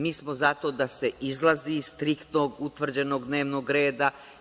Mi smo za to da se izlazi striktnog, utvrđenog dnevnog reda.